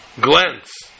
glance